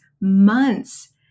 months